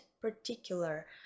particular